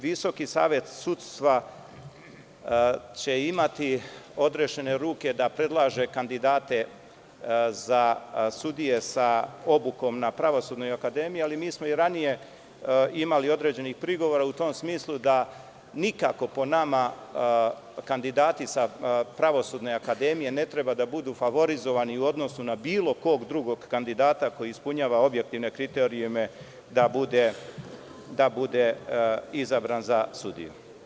Visoki savet sudstva će imati odrešene ruke da predlaže kandidate za sudije sa obukom na Pravosudnoj akademiji, ali mi smo i ranije imali određenih prigovara u tom smislu da nikako po nama kandidati sa Pravosudne akademije ne treba da budu favorizovani u odnosu na bilo kog kandidata koji ispunjava objektivne kriterijume da bude izabran za sudiju.